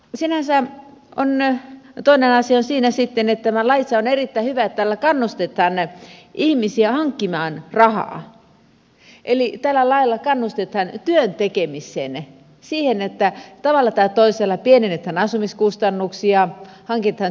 sinänsä toinen asia on siinä sitten että on erittäin hyvä että tällä lailla kannustetaan ihmisiä hankkimaan rahaa eli kannustetaan työn tekemiseen siihen että tavalla tai toisella pienennetään asumiskustannuksia hankitaan työtä tuloa